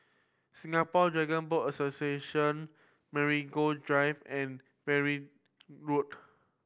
Singapore Dragon Boat Association Marigold Drive and Verdun Road